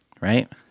right